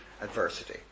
adversity